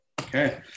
Okay